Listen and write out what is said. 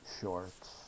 shorts